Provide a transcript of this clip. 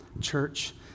Church